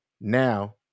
Now